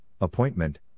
appointment